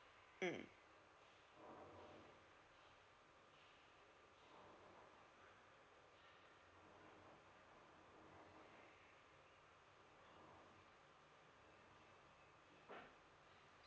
mm oh